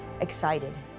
excited